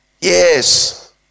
yes